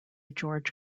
george